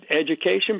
education